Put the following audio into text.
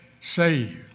saved